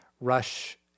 rush